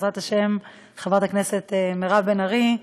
בעזרת השם, חברת הכנסת מירב בן ארי,